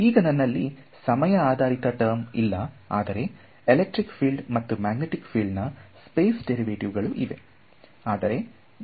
ಈಗ ನನ್ನಲ್ಲಿ ಸಮಯ ಆಧಾರಿತ ಟರ್ಮ್ ಇಲ್ಲ ಆದರೆ ಎಲೆಕ್ಟ್ರಿಕ್ ಫೀಲ್ಡ್ ಮತ್ತು ಮ್ಯಾಗ್ನೆಟಿಕ್ ಫೀಲ್ಡ್ ನ ಸ್ಪೇಸ್ ಡೇರಿವೆಟಿವ್ ಗಳು ಇವೆ